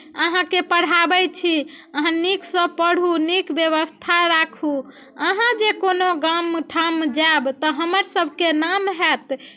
अहाँके पढ़ाबै छी अहाँ नीकसँ पढ़ू नीक व्यवस्था राखू अहाँ जे कोनो गाम ठाम जायब तऽ हमरसभके नाम हैत